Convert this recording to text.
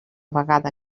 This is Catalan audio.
vegada